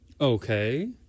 Okay